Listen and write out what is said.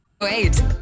Wait